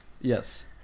Yes